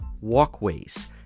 walkways